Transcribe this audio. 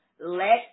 Let